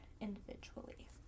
individually